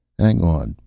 hang on,